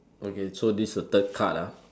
okay so is the third card ah